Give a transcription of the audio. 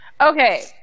Okay